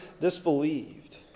disbelieved